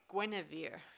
Guinevere